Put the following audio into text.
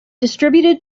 distributed